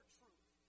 truth